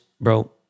bro